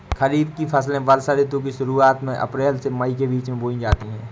खरीफ की फसलें वर्षा ऋतु की शुरुआत में अप्रैल से मई के बीच बोई जाती हैं